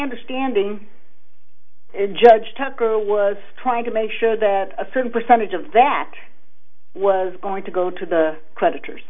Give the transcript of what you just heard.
understanding judge tucker was trying to make sure that a certain percentage of that was going to go to the creditors